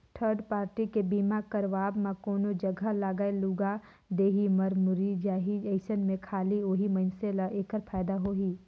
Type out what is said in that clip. third party के बीमा करवाब म कोनो जघा लागय लूगा देही, मर मुर्री जाही अइसन में खाली ओही मइनसे ल ऐखर फायदा होही